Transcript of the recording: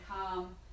calm